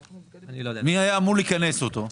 מי היה אמור לכנס אותו?